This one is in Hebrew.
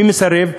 מי מסרב?